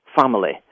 family